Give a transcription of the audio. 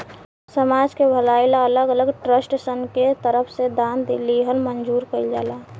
समाज के भलाई ला अलग अलग ट्रस्टसन के तरफ से दान लिहल मंजूर कइल जाला